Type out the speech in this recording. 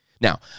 Now